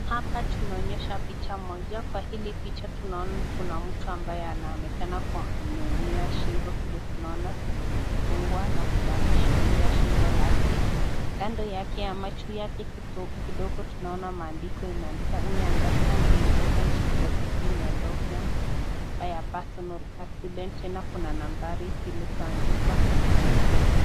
Hapa tunaonyeshwa picha moja. Kwa hili picha tunaona kuna mtu ambaye anaonekana kuwa ameumia shingo, vile tunaona vile imefungwa na vile ameshikilia shingo lake. Kando yake ama juu yake kidogo tunaona maandiko imeandikwa [we understand the importance of protecting your loved ones by a personal accident]. Tena kuna nambari zilizoandikwa hapa.